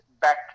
back